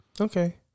Okay